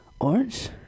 orange